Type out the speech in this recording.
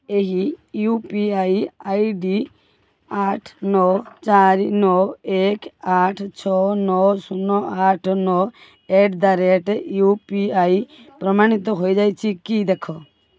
ଏହି U P I I D ଆଠ ନଅ ଚାରି ନଅ ଏକ ଆଠ ଛଅ ନଅ ଶୂନ ଆଠ ନଅ at the rate U P I ପ୍ରମାଣିତ ହୋଇଯାଇଛି କି ଦେଖ